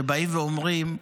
שבאים ואומרים: